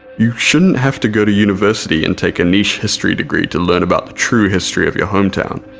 you shouldn't have to go to university and take a niche history degree to learn about the true history of your hometown,